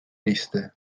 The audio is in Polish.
listy